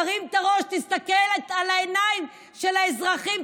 תרים את הראש, תסתכל על העיניים של האזרחים.